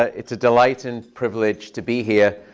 ah it's a delight and privilege to be here.